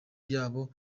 yabo